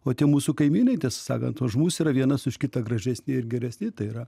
o tie mūsų kaimynai tiesą sakant už mus yra vienas už kitą gražesni ir geresni tai yra